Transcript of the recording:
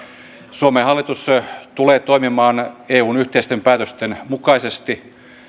suomen hallitus tulee toimimaan eun yhteisten päätösten mukaisesti